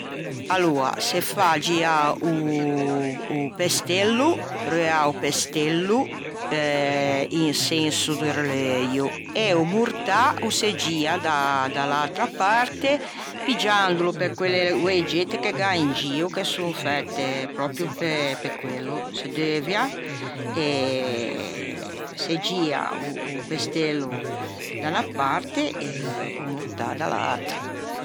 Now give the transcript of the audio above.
Aloa se fa giâ o o pestello, reuâ o pestello in senso do releuio e o mortâ o se gio da l'atra parte piggiandolo pe quelle oegette che gh'à in gio che son fæte pròpio pe quello se gî a o pestello da unna parte e o mortâ da l'atra